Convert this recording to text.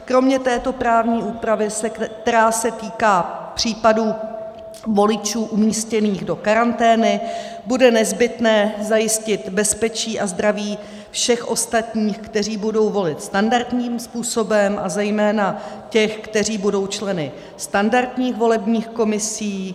Kromě této právní úpravy, která se týká případů voličů umístěných do karantény, bude nezbytné zajistit bezpečí a zdraví všech ostatních, kteří budou volit standardním způsobem, a zejména těch, kteří budou členy standardních volebních komisí.